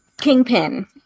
Kingpin